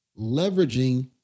leveraging